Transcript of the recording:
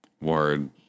Word